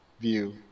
view